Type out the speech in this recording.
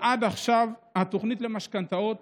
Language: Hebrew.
עד עכשיו בתוכנית למשכנתאות